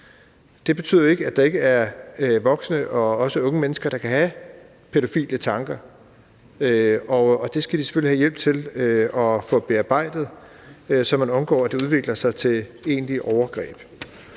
Det betyder jo ikke, at der ikke er voksne og også unge mennesker, der kan have pædofile tanker, og det skal de selvfølgelig have hjælp til at få bearbejdet, så man undgår, at det udvikler sig til egentlige